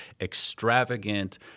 extravagant